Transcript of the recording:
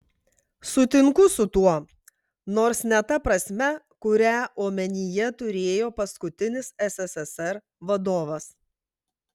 sutinku su tuo nors ne ta prasme kurią omenyje turėjo paskutinis sssr vadovas